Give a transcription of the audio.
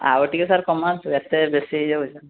ଆଉ ଟିକେ ସାର୍ କମାନ୍ତୁ ଏତେ ବେଶି ହେଇ ଯାଉଛି